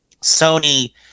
Sony